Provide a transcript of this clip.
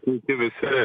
sveiki visi